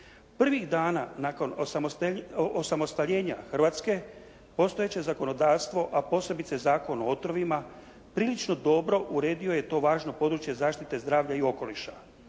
Prvih dana nakon osamostaljenja Hrvatske postojeće zakonodavstvo a posebice Zakon o otrovima prilično dobro uredio je to važno područje zaštite zdravlja i okoliša.